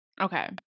Okay